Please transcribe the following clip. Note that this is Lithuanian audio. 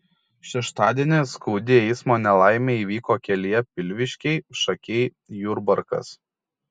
šeštadienį skaudi eismo nelaimė įvyko kelyje pilviškiai šakiai jurbarkas